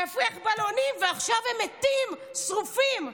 להפריח בלונים, ועכשיו הם מתים, שרופים.